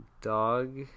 dog